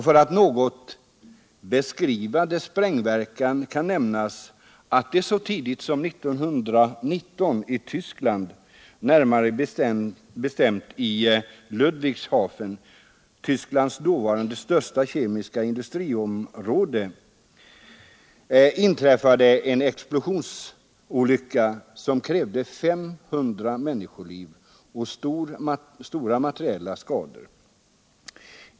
För att något beskriva dess sprängverkan vill jag nämna att det så tidigt som 1919 i Tyskland — närmare bestämt i Ludwigshafen, där Tysklands mest betydande kemiska industri då fanns — inträffade en explosionsolycka som krävde 500 människoliv och orsakade stora materiella skador.